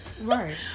right